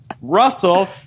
Russell